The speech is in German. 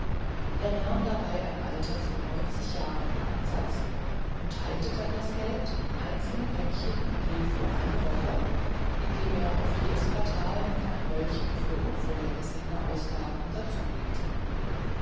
er nahm dabei ein alter von neunzig jahren in ansatz und teilte dann das geld in einzelne päckchen je für eine woche indem er auf jedes quartal noch ein röllchen für unvorhergesehene ausgaben dazulegte